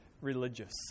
religious